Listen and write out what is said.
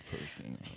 person